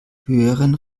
höheren